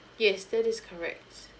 yes that is correct